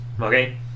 okay